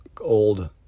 old